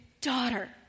daughter